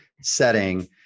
setting